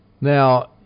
Now